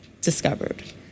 discovered